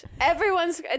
everyone's